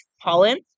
pollen